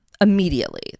immediately